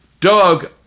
Doug